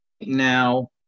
now